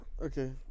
Okay